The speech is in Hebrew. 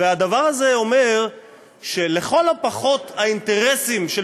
והדבר הזה אומר שלכל הפחות האינטרסים של